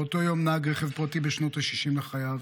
באותו יום נהג רכב פרטי בשנות השישים לחייו